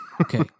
okay